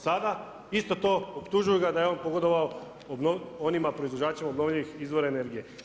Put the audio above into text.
Sada, isto to, optužuju ga da je on pogodovao onima proizvođačima obnovljivih izvora energije.